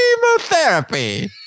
chemotherapy